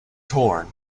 torn